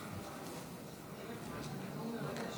שאני עובר לנושא